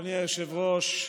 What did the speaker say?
אדוני היושב-ראש,